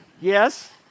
Yes